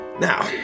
Now